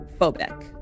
phobic